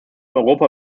europa